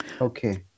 Okay